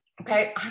Okay